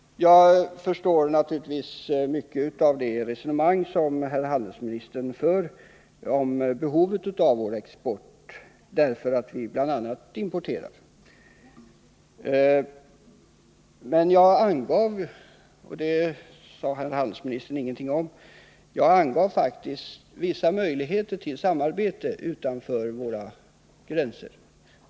Jag förstår naturligtvis mycket av det resonemang som herr handelsministern för om behovet av vår export, bl.a. därför att vi importerar. Men jag angav — det sade herr handelsministern ingenting om — faktiskt vissa möjligheter till samarbete utanför våra gränser.